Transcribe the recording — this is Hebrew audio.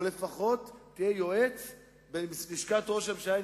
או לפחות תהיה יועץ בלשכת ראש הממשלה,